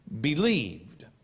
believed